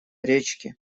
речки